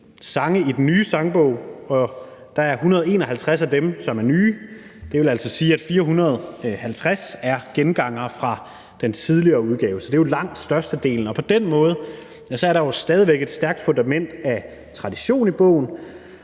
sange i den nye sangbog. 151 af dem er nye. Det vil altså sige, at 450 er gengangere fra den tidligere udgave. Så det er jo langt størstedelen. På den måde er der jo stadig væk et stærkt fundament af tradition i bogen.